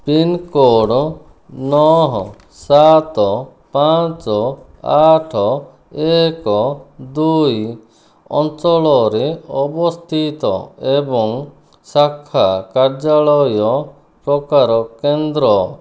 pin code ନଅ ସାତ ପାଞ୍ଚ ଆଠ ଏକ ଦୁଇ ଅଞ୍ଚଳରେ ଅବସ୍ଥିତ ଏବଂ ଶାଖା କାର୍ଯ୍ୟାଳୟ ପ୍ରକାର କେନ୍ଦ୍ର